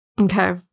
okay